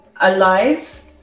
alive